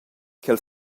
ch’el